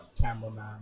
cameraman